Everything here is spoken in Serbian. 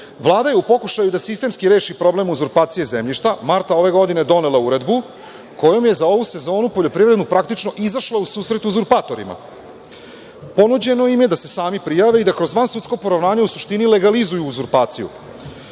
je u pokušaju da sistemski reši problem uzurpacije zemljišta marta ove godine donela uredbu, kojom je za ovu sezonu poljoprivrednu praktično izašla u susret uzurpatorima. Ponuđeno im je da se sami prijave i da kroz vansudsko poravnanje u suštini legalizuju uzurpaciju. Prema